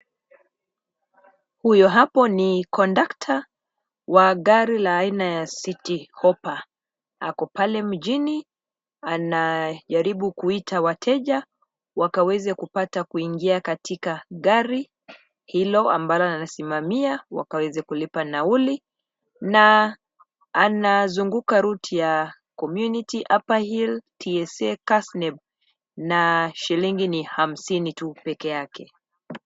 Huyo hapo ni kondakta wa gari la aina ya Citi Hoppa ako pale mjini anajaribu kuita wateja wakaweze kupata kuingia katika gari hilo ambalo analisimamia wakaweze kulipa nauli na anazunguka route ya Community, Upper Hill, TSA, Kasneb na shilingi ni 50 tu peke yake.